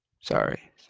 Sorry